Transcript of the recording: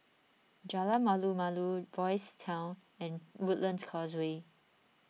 Jalan Malu Malu Boys' Town and Woodlands Causeway